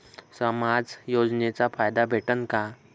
समाज योजनेचा फायदा भेटन का?